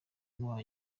n’uwa